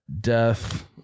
death